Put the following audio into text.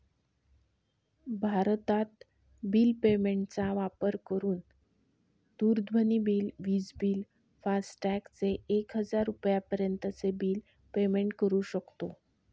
भारतत bill payment चा वापर करून दूरध्वनी बिल, विज बिल, फास्टॅग चे एक हजार रुपयापर्यंत चे बिल पेमेंट करू शकतो